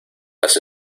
las